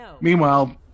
Meanwhile